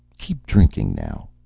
keep drinking, now.